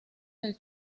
del